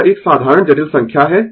यह एक साधारण जटिल संख्या है